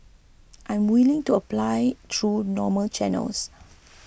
I'm willing to apply through normal channels